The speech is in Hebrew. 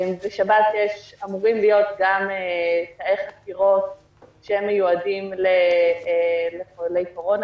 לשב"ס אמורים להיות גם תאי חקירות שמיועדים לחולי קורונה